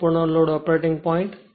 સંપૂર્ણ load operating point